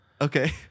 Okay